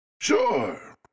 Sure